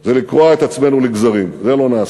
זה לקרוע את עצמנו לגזרים, את זה לא נעשה.